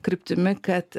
kryptimi kad